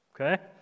Okay